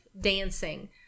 dancing